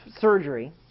surgery